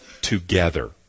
together